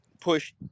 push